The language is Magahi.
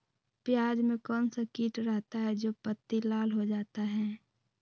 प्याज में कौन सा किट रहता है? जो पत्ती लाल हो जाता हैं